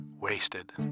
wasted